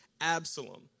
Absalom